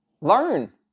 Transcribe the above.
Learn